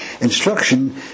instruction